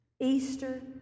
Easter